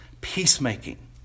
peacemaking